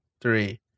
three